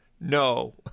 No